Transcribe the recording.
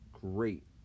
great